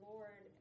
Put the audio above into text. Lord